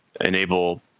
enable